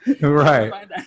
right